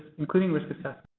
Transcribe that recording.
including risk assessment.